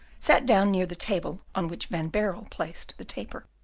sat down near the table on which van baerle placed the taper.